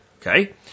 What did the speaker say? Okay